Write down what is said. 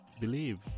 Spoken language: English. believe